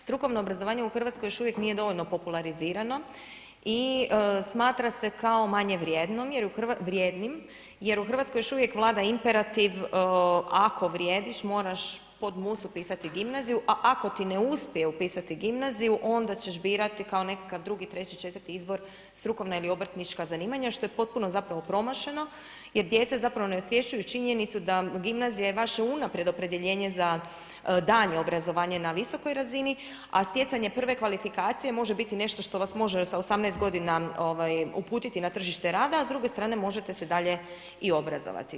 Strukovno obrazovanje u Hrvatskoj još uvijek nije dovoljno popularizirano i smatra se kao manje vrijednim jer u Hrvatskoj još u vijek vlada imperativ ako vrijediš moraš pod mus upisati gimnaziju, a ako ti ne uspije upisati gimnaziju onda ćeš birati kao nekakav drugi, treći četvrti izbor strukovna ili obrtnička zanimanja što je potpuno zapravo promašeno jer djeca zapravo ne osvješćuju činjenicu da gimnazija je vaše unaprijed opredjeljenje za daljnje obrazovanje na visokoj razini a stjecanje prve kvalifikacije može biti nešto što vas može sa 18 godina uputiti na tržište rada, a s druge strane možete se dalje i obrazovati.